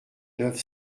neuf